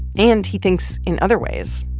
and he thinks, in other ways,